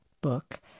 book